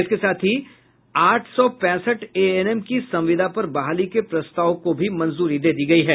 इसके साथ ही आठ सौ पैंसठ एएनएम की संविदा पर बहाली के प्रस्ताव को मंजूरी दी गयी है